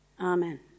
Amen